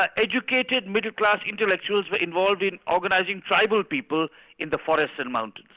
but educated, middle-class intellectuals were involved in organising tribal people in the forests and mountains.